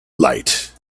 light